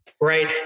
Right